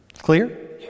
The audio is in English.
clear